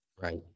Right